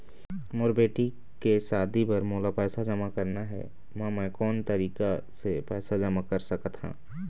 मोर बेटी के शादी बर मोला पैसा जमा करना हे, म मैं कोन तरीका से पैसा जमा कर सकत ह?